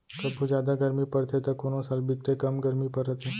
कभू जादा गरमी परथे त कोनो साल बिकटे कम गरमी परत हे